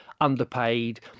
underpaid